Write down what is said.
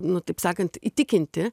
nu taip sakant įtikinti